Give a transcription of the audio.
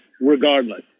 regardless